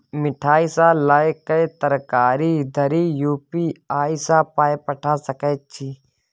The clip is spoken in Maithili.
मिठाई सँ लए कए तरकारी धरि यू.पी.आई सँ पाय पठा सकैत छी